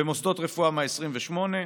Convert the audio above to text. במוסדות רפואה, 128,